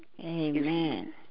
Amen